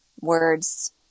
words